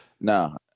No